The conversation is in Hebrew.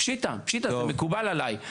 פשיטא, זה מקובל עליי.